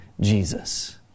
Jesus